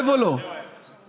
לא, זה לא יאומן, הדבר הזה.